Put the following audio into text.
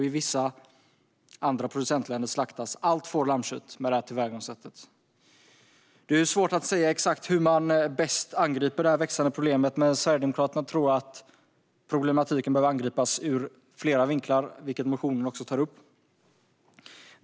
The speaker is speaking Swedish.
I vissa andra producentländer slaktas allt får och lammkött med det tillvägagångssättet. Det är svårt att säga exakt hur man bäst angriper det här växande problemet, men Sverigedemokraterna tror att problemet behöver angripas ur flera vinklar, vilket motionen också tar upp.